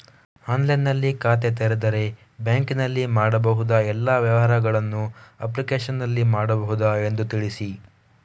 ಆನ್ಲೈನ್ನಲ್ಲಿ ಖಾತೆ ತೆರೆದರೆ ಬ್ಯಾಂಕಿನಲ್ಲಿ ಮಾಡಬಹುದಾ ಎಲ್ಲ ವ್ಯವಹಾರಗಳನ್ನು ಅಪ್ಲಿಕೇಶನ್ನಲ್ಲಿ ಮಾಡಬಹುದಾ ಎಂದು ತಿಳಿಸಿ?